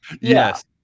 Yes